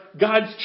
God's